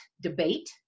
debate